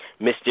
Mr